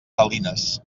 salines